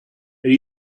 are